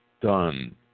done